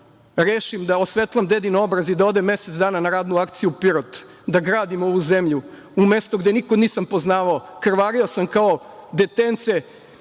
rešim da osvetlam dedin obraz i da odem mesec dana na radnu akciju u Pirot, da gradim ovu zemlju, u mesto gde nikog nisam poznavao. Krvario sam kao detence